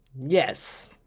Yes